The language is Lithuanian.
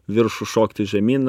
viršų šokti žemyn